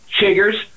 chiggers